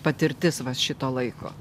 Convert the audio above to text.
patirtis vat šito laiko